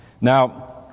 Now